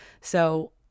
So-